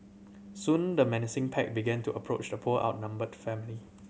soon the menacing pack began to approach the poor outnumbered family